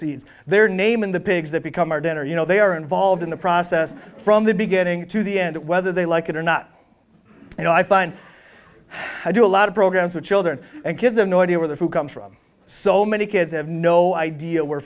seeds their name in the pigs that become our dinner you know they are involved in the process from the beginning to the end whether they like it or not you know i find i do a lot of programs for children and give them no idea where the food comes from so many kids have no idea where